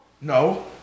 No